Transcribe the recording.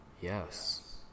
Yes